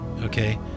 okay